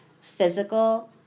physical